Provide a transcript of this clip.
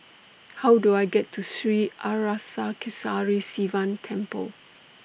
How Do I get to Sri Arasakesari Sivan Temple